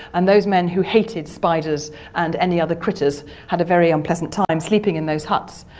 and those men who hated spiders and any other critters had a very unpleasant time sleeping in those huts.